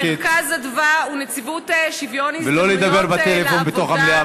"מרכז אדוה" ונציבות שוויון הזדמנויות בעבודה,